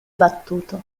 battuto